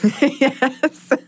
Yes